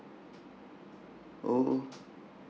oh